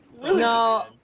No